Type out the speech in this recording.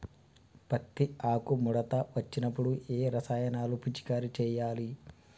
పత్తి ఆకు ముడత వచ్చినప్పుడు ఏ రసాయనాలు పిచికారీ చేయాలి?